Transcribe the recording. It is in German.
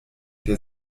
der